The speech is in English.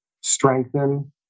strengthen